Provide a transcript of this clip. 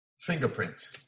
fingerprint